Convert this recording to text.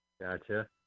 Gotcha